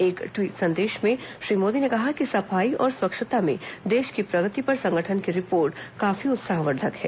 एक ट्वीट संदेश में श्री मोदी ने कहा कि सफाई और स्वच्छता में देश की प्रगति पर संगठन की रिपोर्ट काफी उत्साहवर्द्वक है